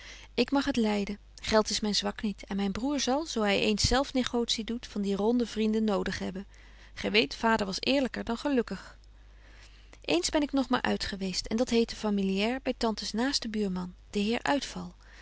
ik mag het lyden geld is myn zwak niet en myn broer zal zo hy eens zelfs negotie doet van die ronde vrienden nodig hebben gy weet vader was eerlyker dan gelukkig eens ben ik nog maar uitgeweest en dat heette familiair by tantes naasten buurman den heer uitval